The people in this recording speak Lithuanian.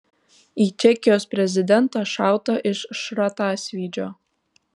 į čekijos prezidentą šauta iš šratasvydžio